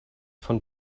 von